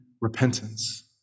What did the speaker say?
repentance